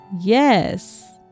Yes